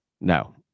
No